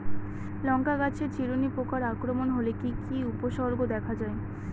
লঙ্কা গাছের চিরুনি পোকার আক্রমণ হলে কি কি উপসর্গ দেখা যায়?